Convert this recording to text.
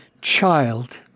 child